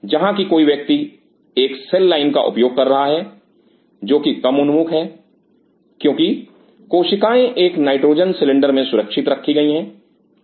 जहां की कोई व्यक्ति एक सेल लाइन का उपयोग कर रहा है जो कि कम उन्मुख है क्योंकि कोशिकाएं एक नाइट्रोजन सिलेंडर में सुरक्षित रखी गई है और